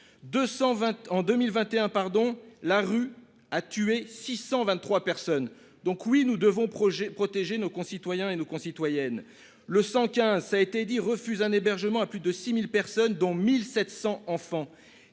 pardon, la rue a tué 623 personnes. Donc oui nous devons projet protéger nos concitoyens et nos concitoyennes le 115 ça a été dit refuse un hébergement à plus de 6000 personnes dont 1700 enfants,